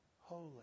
holy